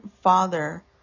father